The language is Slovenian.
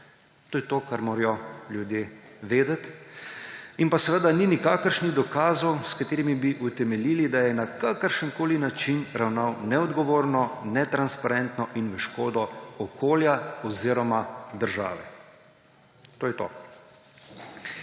to je to, kar morajo ljudje vedeti. Seveda ni nikakršnih dokazov, s katerimi bi utemeljili, da je na kakršenkoli način ravnal neodgovorno, netransparentno in v škodo okolja oziroma države. To je to.